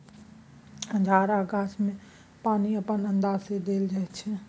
झार आ गाछी मे पानि अपन अंदाज सँ देल जाइ छै